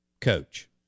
coach